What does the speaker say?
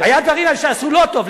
אבל היו דברים שעשו לא טוב.